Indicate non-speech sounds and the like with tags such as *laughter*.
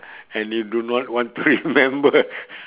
and you do not want to remember *laughs*